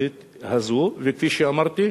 הספציפית הזו, וכפי שאמרתי,